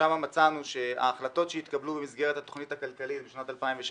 שם מצאנו שההחלטות שהתקבלו במסגרת התוכנית הכלכלית בשנת 2016